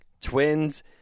Twins